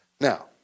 now